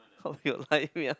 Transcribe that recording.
of your life yeah